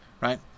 right